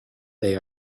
they